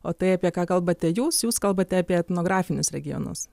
o tai apie ką kalbate jūs jūs kalbate apie etnografinius regionus